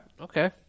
Okay